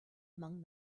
among